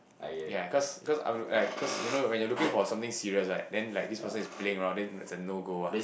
ya cause cause I'm look like cause you know when you're looking for something serious right then like this person is playing around then is a no go ah